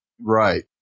Right